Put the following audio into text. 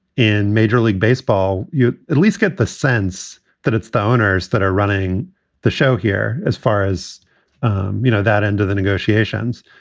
in major league baseball you at least get the sense that it's the owners that are running the show here. as far as you know, that end of the negotiations,